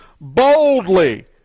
boldly